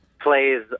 plays